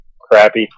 crappy